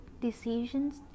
decisions